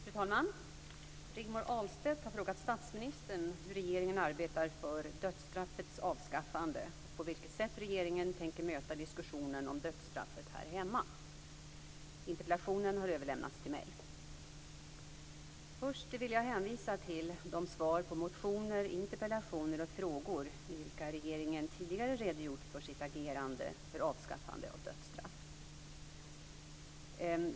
Fru talman! Rigmor Ahlstedt har frågat statsministern hur regeringen arbetar för dödsstraffets avskaffande och på vilket sätt regeringen tänker möta diskussionen om dödsstraffet här hemma. Interpellationen har överlämnats till mig. Först vill jag hänvisa till de svar på motioner, interpellationer och frågor i vilka regeringen tidigare har redogjort för sitt agerande för avskaffande av dödsstraffet.